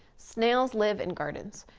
snails live in gardens.